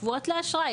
קבועות לאשראי,